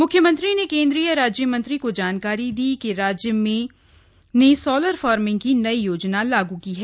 मुख्यमंत्री ने केन्द्रीय राज्यमंत्री को जानकारी दी कि राज्य ने सोलर फार्मिंग की नई योजना लागू की है